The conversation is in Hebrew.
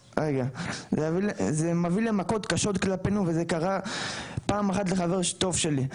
זה מביא למכות קשות כלפינו וזה קרה פעם אחת לחבר טוב שלי,